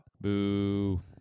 Boo